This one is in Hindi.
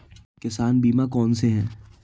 किसान बीमा कौनसे हैं?